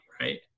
Right